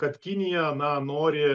kad kinija na nori